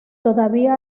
todavía